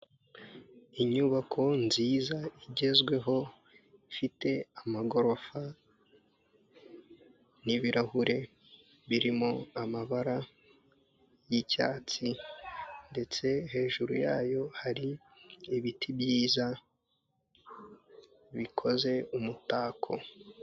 Inyubako nziza igezweho, ifite amagorofa n'ibirahure birimo amabara y'icyatsi ndetse hejuru yayo hari ibiti byiza bikoze umutako.